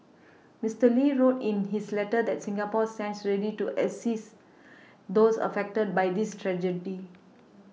Mister Lee wrote in his letter that Singapore stands ready to assist those affected by this tragedy